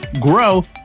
grow